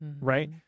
right